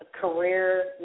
career